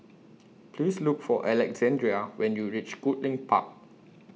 Please Look For Alexandrea when YOU REACH Goodlink Park